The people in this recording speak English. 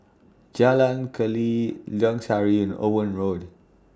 Jalan Keli Lorong Sari and Owen Road